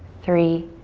three,